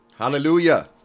Hallelujah